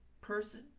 person